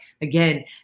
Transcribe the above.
again